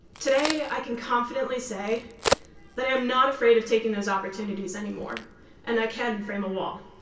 today i can confidently say that i am not afraid of taking those opportunities anymore and i can frame a wall.